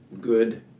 good